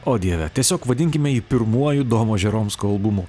o dieve tiesiog vadinkime jį pirmuoju domo žeromsko albumu